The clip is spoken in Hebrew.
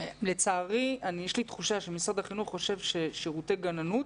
לצערי יש לי תחושה שמשרד החינוך חושב ששירותי גננות